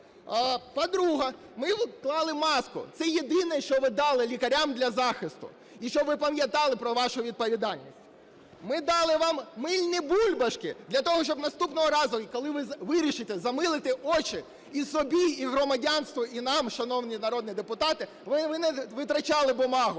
По-друге, ми вклали маску - це єдине, що ви дали лікарям для захисту, і щоб ви пам'ятали про вашу відповідальність. Ми дали вам мильні бульбашки для того, щоб наступного разу, коли ви вирішите замилити очі і собі і громадянству, і нам, шановні народні депутати, ви не витрачали бумагу.